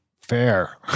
fair